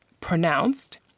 pronounced